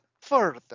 further